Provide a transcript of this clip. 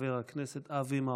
חבר הכנסת אבי מעוז.